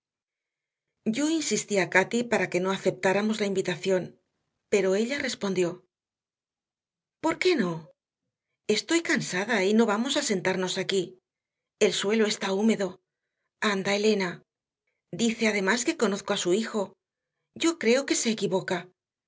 yo insistí a cati para que no aceptáramos la invitación pero ella respondió por qué no estoy cansada y no vamos a sentarnos aquí el suelo está húmedo anda elena dice además que conozco a su hijo yo creo que se equivoca